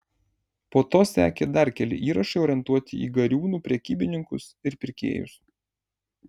po to sekė dar keli įrašai orientuoti į gariūnų prekybininkus ir pirkėjus